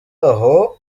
aho